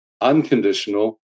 unconditional